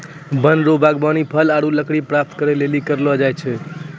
वन रो वागबानी फल आरु लकड़ी प्राप्त करै लेली करलो जाय छै